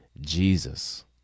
jesus